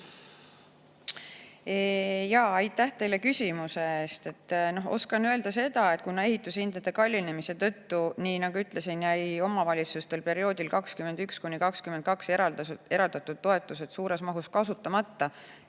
Aitäh teile küsimuse eest! Oskan öelda seda, et kuna ehitushindade kallinemise tõttu, nii nagu ütlesin, jäid omavalitsustel perioodil 2021–2022 eraldatud toetused suures mahus kasutamata